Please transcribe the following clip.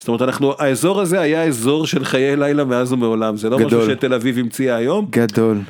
זאת אומרת, אנחנו... האזור הזה היה אזור של חיי לילה מאז ומעולם, זה לא... גדול. .. משהו שתל אביב המציאה היום. גדול...